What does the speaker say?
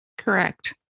Correct